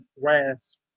grasp